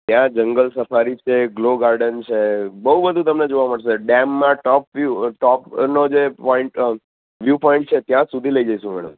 ત્યાં જંગલ સફારી છે ગ્લો ગાર્ડન છે બોવ બધુ તમને જોવા મળશે ડેમમાં ટોપ વ્યૂ ટોપનો જે પોઈન્ટ વ્યૂ પોઈન્ટ છે ત્યાં સુધી લઈ જઈશું મેડમ